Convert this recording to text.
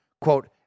Quote